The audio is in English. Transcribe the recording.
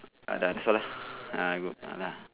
ah that's all lah ah good mah nah